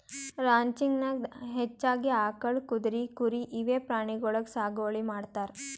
ranching ದಾಗಾ ಹೆಚ್ಚಾಗಿ ಆಕಳ್, ಕುದ್ರಿ, ಕುರಿ ಇವೆ ಪ್ರಾಣಿಗೊಳಿಗ್ ಸಾಗುವಳಿ ಮಾಡ್ತಾರ್